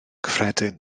gyffredin